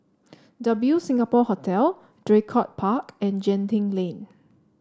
W Singapore Hotel Draycott Park and Genting Lane